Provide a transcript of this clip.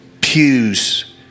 pews